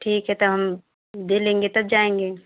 ठीक है तब हम दे लेंगे तब जाएँगे